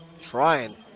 Trying